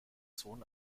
sohn